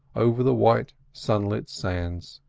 over the white, sunlit sands.